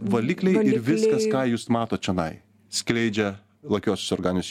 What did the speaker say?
valikliai ir viskas ką jūs matot čionai skleidžia lakiuosius organinius